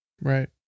right